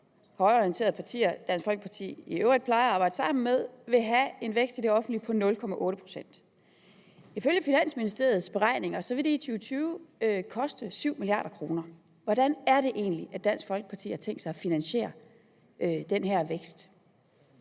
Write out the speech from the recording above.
højreorienterede partier, Dansk Folkeparti i øvrigt plejer at arbejde sammen med, vil have en vækst i det offentlige på 0,8 pct. Ifølge Finansministeriets beregninger vil det i 2020 koste 7 mia. kr. Hvordan er det egentlig at Dansk Folkeparti har tænkt sig at finansiere den her vækst?